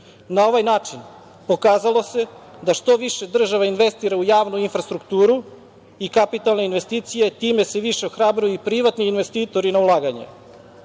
Na ovaj način pokazalo se da što više država investira u javnu infrastrukturu i kapitalne investicije. Time se više ohrabruju privatni investitori na ulaganje. Stopa